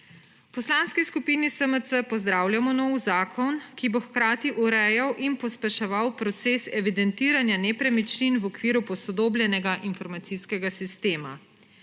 Poslanski skupini SMC pozdravljamo nov zakon, ki bo hkrati urejal in pospeševal proces evidentiranja nepremičnin v okviru posodobljenega informacijskega sistema.